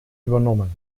übernommen